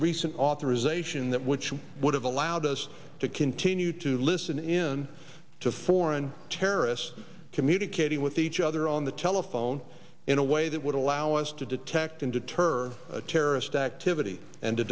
recent authorization that which would have allowed us to continue to listen in to foreign terrorists communicating with each other on the telephone in a way that would allow us to detect and deter terrorist activity and to